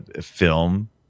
film